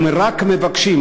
הם רק מבקשים.